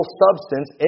substance